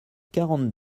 quarante